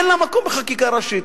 אין לה מקום בחקיקה ראשית.